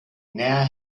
now